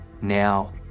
now